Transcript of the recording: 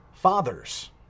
fathers